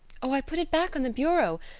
oh, i put it back on the bureau.